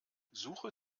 suche